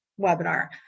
webinar